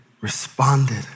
responded